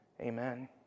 Amen